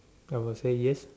I will say yes